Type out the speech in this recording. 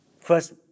First